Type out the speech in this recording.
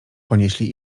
ponieśli